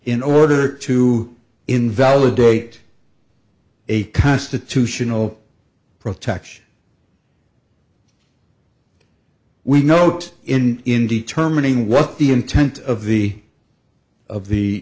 in order to invalidate a constitutional protection we note in in determining what the intent of the of the